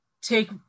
take